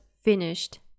finished